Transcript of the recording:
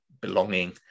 belonging